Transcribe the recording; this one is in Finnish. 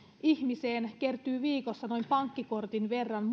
elimistöön kertyy viikossa noin pankkikortin verran